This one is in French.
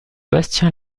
bastien